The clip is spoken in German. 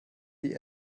die